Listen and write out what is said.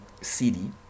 CD